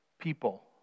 people